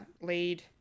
Lead